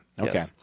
Okay